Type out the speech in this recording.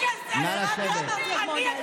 כמה אפשר לספר את הסיפור הזה?